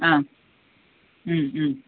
ആ